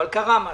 אבל קרה משהו.